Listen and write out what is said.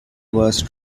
worst